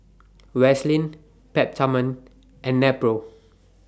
Vaselin Peptamen and Nepro